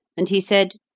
and he said,